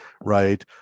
right